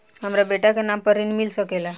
हमरा बेटा के नाम पर ऋण मिल सकेला?